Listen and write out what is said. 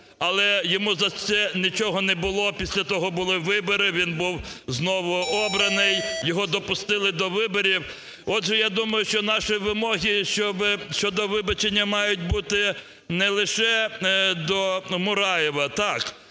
але йому за це нічого не було. Після того були вибори, він був знову обраний, його допустили до виборів. Отже, я думаю, що наші вимоги щодо вибачення мають бути не лише доМураєва. Так,